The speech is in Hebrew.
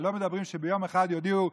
הרי לא מדברים על כך שביום אחד יודיעו: